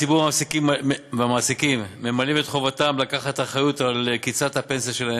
הציבור והמעסיקים ממלאים את חובתם לקחת אחריות על קצבת הפנסיה שלהם.